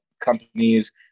companies